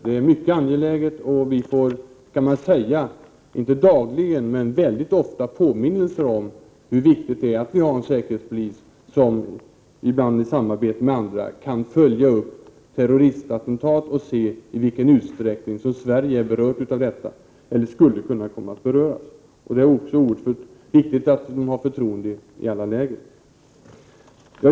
Det är mycket angeläget att betona att vi inte dagligen men mycket ofta får påminnelser om hur viktigt det är att vi har en säkerhetspolis som ibland i samarbete med andra kan följa upp terroristattentat och se i vilken utsträckning som Sverige är berört eller skulle kunna komma att beröras. Det är också oerhört viktigt att säkerhetspolisen har förtroende i alla läger.